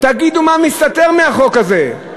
תגידו מה מסתתר בחוק הזה.